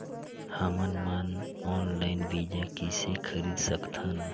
हमन मन ऑनलाइन बीज किसे खरीद सकथन?